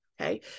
Okay